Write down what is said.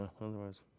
otherwise